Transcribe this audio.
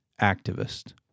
activist